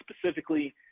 specifically